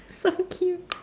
fuck you